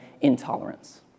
intolerance